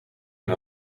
een